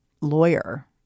lawyer